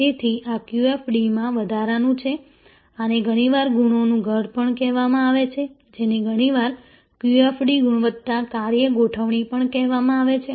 તેથી આ QFD માં વધારાનું છે આને ઘણીવાર ગુણોનું ઘર પણ કહેવામાં આવે છે જેને ઘણીવાર QFD ગુણવત્તા કાર્ય ગોઠવણી પણ કહેવાય છે